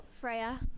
Freya